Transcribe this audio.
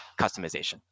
customization